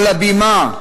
על הבימה,